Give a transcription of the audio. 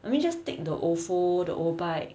I mean just take the ofo and O bike